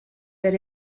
that